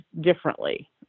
differently